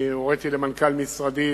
אני הוריתי למנכ"ל משרדי,